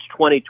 2020